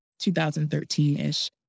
2013-ish